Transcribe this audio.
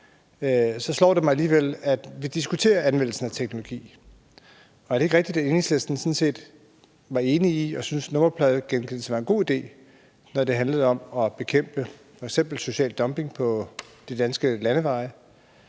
slår det mig alligevel, at vi diskuterer anvendelsen af teknologi. Er det ikke rigtigt, at Enhedslisten sådan set var enig i og syntes, at nummerpladegenkendelse var en god idé, når det handler om at bekæmpe f.eks. social dumping på de danske landeveje,